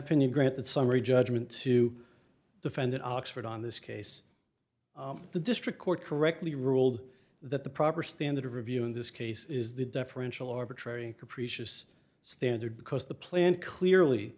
opinion granted summary judgment to the friend in oxford on this case the district court correctly ruled that the proper standard of review in this case is the deferential arbitrary capricious standard because the plan clearly